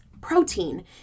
protein